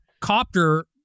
Copter